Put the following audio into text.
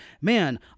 man